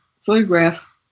photograph